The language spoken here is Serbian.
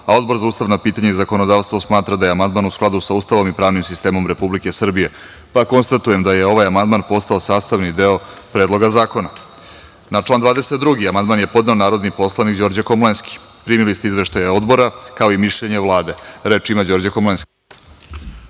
amandman. Odbor za ustavna pitanja i zakonodavstvo smatra da je amandman u skladu sa Ustavom i pravnim sistemom Republike Srbije. Konstatujem da je ovaj amandman postao sastavni deo Predloga zakona. Na član 22. amandman je podnela narodni poslanik Đorđe Komlenski. Primili ste izveštaje odbora, kao i mišljenje Vlade. Reč ima Đorđe Komlenski.